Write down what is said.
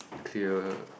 clear